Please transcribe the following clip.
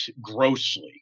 grossly